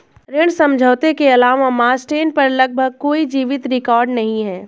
ऋण समझौते के अलावा मास्टेन पर लगभग कोई जीवित रिकॉर्ड नहीं है